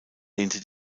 lehnte